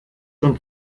und